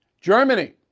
Germany